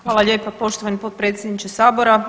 Hvala lijepa poštovani potpredsjedniče sabora.